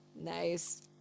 nice